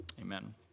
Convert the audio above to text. Amen